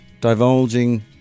divulging